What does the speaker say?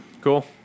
cool